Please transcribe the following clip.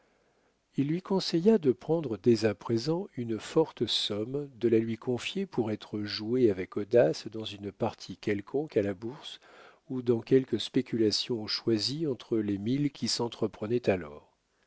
il lui conseilla de prendre dès à présent une forte somme de la lui confier pour être jouée avec audace dans une partie quelconque à la bourse ou dans quelque spéculation choisie entre les mille qui s'entreprenaient alors